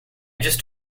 just